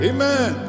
Amen